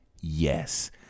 Yes